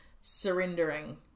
surrendering